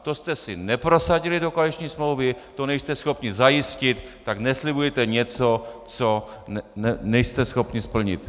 To jste si neprosadili do koaliční smlouvy, to nejste schopni zajistit, tak neslibujte něco, co nejste schopni splnit.